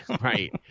Right